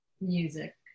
music